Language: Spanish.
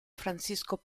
francisco